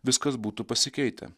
viskas būtų pasikeitę